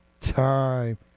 time